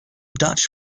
dutch